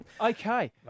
Okay